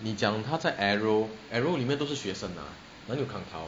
你讲他在 arrow arrow 里面都是学生啊哪里有 kang tao